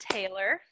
Taylor